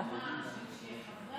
בעלי